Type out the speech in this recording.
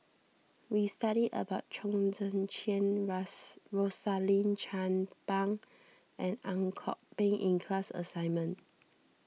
we studied about Chong Tze Chien Rosaline Chan Pang and Ang Kok Peng in the class assignment